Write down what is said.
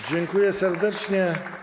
Dziękuję serdecznie.